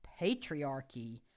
patriarchy